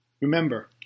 Remember